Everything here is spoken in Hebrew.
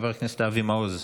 חבר הכנסת אבי מעוז,